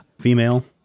Female